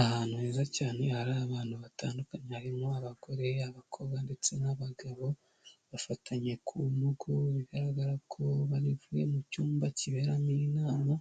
Ahantu heza cyane hari abantu batandukanye harimo abagore, abakobwa ndetse n'abagabo bafatanye ku ntugu, bigaragara ko bavuye mu cyumba kiberamo inama